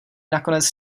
nakonec